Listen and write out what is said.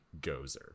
Gozer